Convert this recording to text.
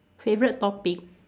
favourite topic